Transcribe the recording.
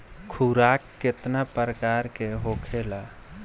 खुराक केतना प्रकार के होखेला?